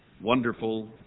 wonderful